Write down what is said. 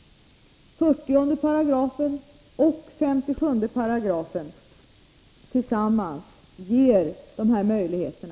— Om innebörden av 40 § och 57 § ger tillsammans dessa möjligheter.